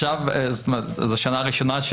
זו שנה ראשונה.